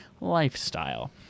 Lifestyle